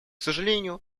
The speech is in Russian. сожалению